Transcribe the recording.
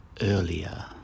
earlier